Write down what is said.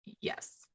Yes